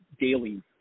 Daily